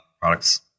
products